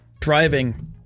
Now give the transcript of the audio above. driving